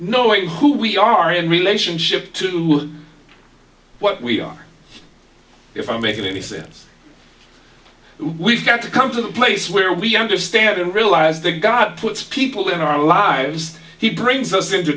knowing who we are in relationship to what we are if i'm making any sense we've got to come to a place where we understand and realize that god puts people in our lives he brings us into